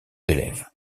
d’élèves